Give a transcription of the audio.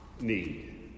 need